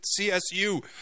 CSU